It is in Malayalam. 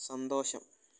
സന്തോഷം